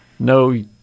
No